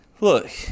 Look